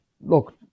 Look